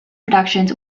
productions